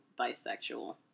bisexual